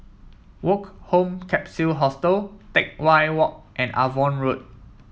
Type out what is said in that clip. Woke Home Capsule Hostel Teck Whye Walk and Avon Road